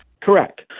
Correct